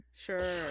Sure